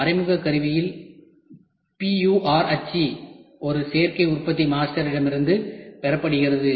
மறைமுக கருவியில் PUR அச்சு ஒரு சேர்க்கை உற்பத்தி மாஸ்டரிடமிருந்து பெறப்பட்டது